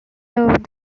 loved